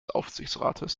aufsichtsrates